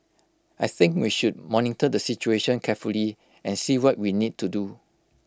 I think we should monitor the situation carefully and see what we need to do